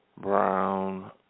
brown